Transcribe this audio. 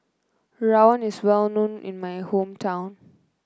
rawon is well known in my hometown